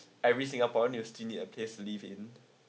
every singaporean will still need a place to live in